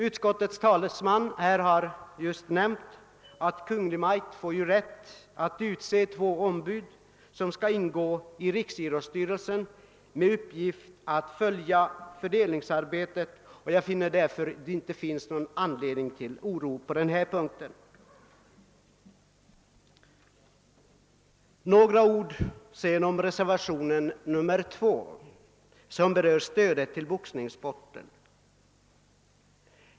Utskottets talesman har just nämnt att Kungl. Maj:t ju får rätt att utse två ombud i riksidrottsstyrelsen med uppgift att följa fördelningsarbetet. Jag finner därför ingen anledning till oro på denna punkt. Så några ord om reservationen 2, som berör stödet till boxningssporten.